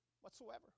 whatsoever